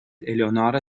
eleonora